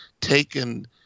taken